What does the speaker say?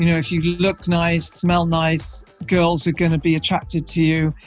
you know if you looked nice, smell nice, girls are going to be attracted to you,